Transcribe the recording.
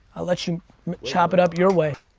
i'll let you chop it up your way.